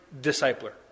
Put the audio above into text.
discipler